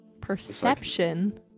Perception